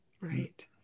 right